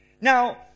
Now